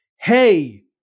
hey